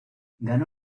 ganó